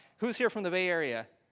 who's here from the bay area?